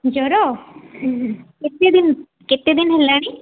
ଜର କେତେଦିନ କେତେଦିନ ହେଲାଣି